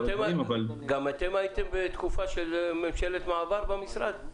גם אתם הייתם בתקופה של ממשלת מעבר במשרד?